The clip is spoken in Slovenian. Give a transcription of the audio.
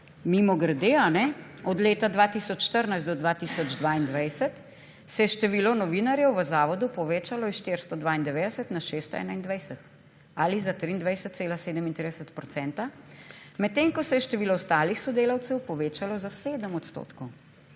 Mimogrede, od leta 2014 do 2022 se je število novinarjev v zavodu povečalo s 492 na 621 ali za 23,37 %, medtem ko se je število ostalih sodelavcev povečalo za 7 %.